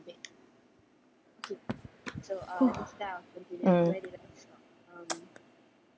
!whoa! mm